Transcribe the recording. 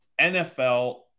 NFL